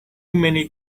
many